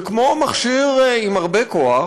ומכשיר עם הרבה כוח,